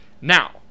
now